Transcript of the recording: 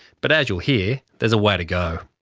but as you'll hear, there's a way to go.